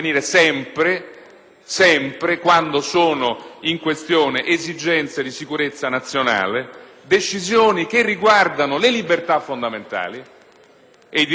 sempre - quando sono in questione esigenze di sicurezza nazionale, decisioni che riguardano le libertà fondamentali e i diritti dei cittadini